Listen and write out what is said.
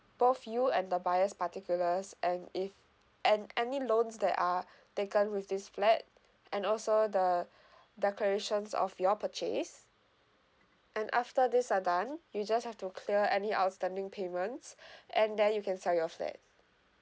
both you and the buyer's particulars and if and any loans that are taken with this flat and also the declarations of your purchase and after this are done you just have to clear any outstanding payments and then you can sell your flat